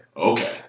okay